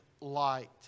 light